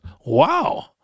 Wow